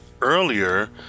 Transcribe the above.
earlier